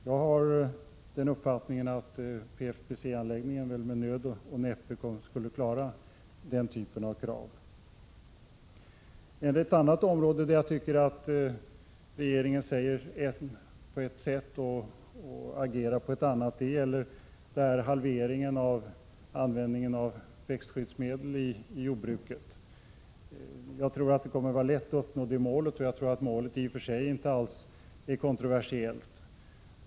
Jag har uppfattningen att PFBC anläggningen med nöd och näppe skulle klara denna typ av krav. Ett annat område där jag tycker att regeringen agerar på ett annat sätt än den säger sig vilja göra gäller halveringen av användningen av växtskyddsmedeli jordbruket. Jag tror att det kommer att vara lätt att uppnå målet och tror att målet i och för sig inte alls är kontroversiellt.